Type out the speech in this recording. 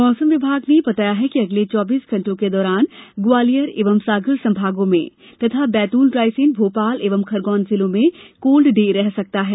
मौसम विभाग ने बताया है कि अगले चौबीस घंटों के दौरान ग्वालियर एवं सागर संभागों में तथा बैतूल रायसेन भोपाल एवं खरगोन जिलों में कोल्ड डे रह सकता है